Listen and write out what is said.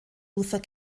luther